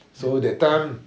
so that time